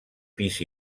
pis